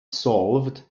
solved